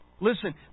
Listen